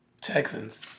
Texans